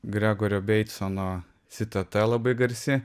grego rebeicono citata labai garsi